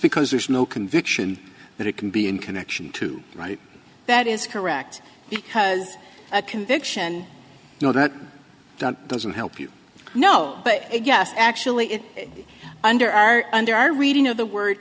because there's no conviction that it can be in connection to right that is correct because a conviction you know that doesn't help you know but i guess actually it under our under our reading of the word